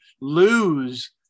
lose